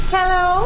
Hello